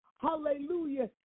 Hallelujah